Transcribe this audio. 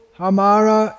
hamara